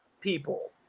people